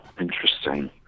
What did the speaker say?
interesting